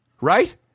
right